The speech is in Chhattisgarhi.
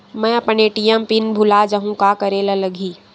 मैं अपन ए.टी.एम पिन भुला जहु का करे ला लगही?